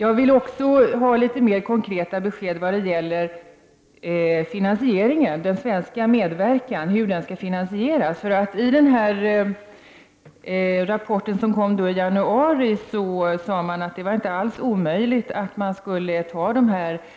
Jag vill också ha litet mer konkret besked om hur den svenska medverkan skall finansieras. Det